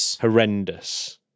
horrendous